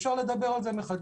אפשר לדבר על זה מחדש.